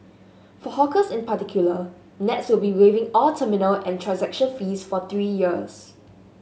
for hawkers in particular Nets will be waiving all terminal and transaction fees for three years